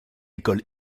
école